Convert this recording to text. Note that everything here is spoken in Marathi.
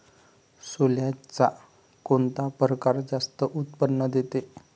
सोल्याचा कोनता परकार जास्त उत्पन्न देते?